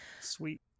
Sweet